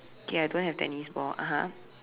okay I don't have tennis ball (uh huh)